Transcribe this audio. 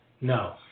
No